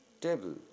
table